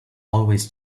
always